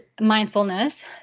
mindfulness